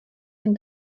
jen